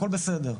הכול בסדר,